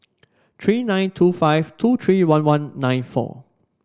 three nine two five two three one one nine four